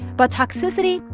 but toxicity,